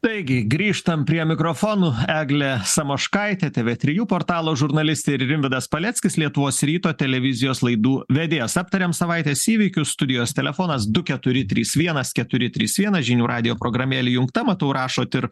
taigi grįžtam prie mikrofonų eglė samoškaitė tv trijų portalo žurnalistė ir rimvydas paleckis lietuvos ryto televizijos laidų vedėjas aptariam savaitės įvykius studijos telefonas du keturi trys vienas keturi trys vienas žinių radijo programėlė įjungta matau rašot ir